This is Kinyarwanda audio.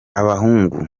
abahungu